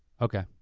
okay.